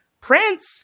Prince